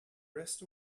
rest